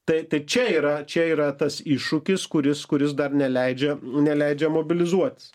tai tai čia yra čia yra tas iššūkis kuris kuris dar neleidžia neleidžia mobilizuotis